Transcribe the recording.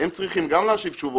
הם צריכים גם להשיב תשובות.